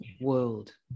world